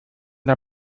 der